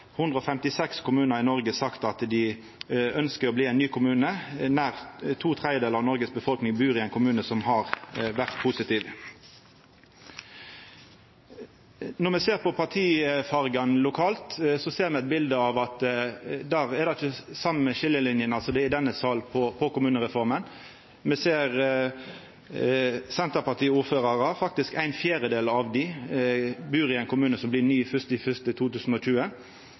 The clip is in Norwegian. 156 kommunar sagt at dei ønskjer å bli ein ny kommune. Nær to tredjedelar av folket i Noreg bur i ein kommune som har vore positiv. Når me ser på partifargane lokalt, ser me at det ikkje er same skiljelinene der som det er i denne salen i kommunereforma. Me ser at Senterparti-ordførarar – faktisk ein fjerdedel av dei – bur i ein kommune som blir ny frå 1. januar 2020.